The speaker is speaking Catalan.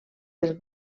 del